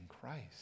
Christ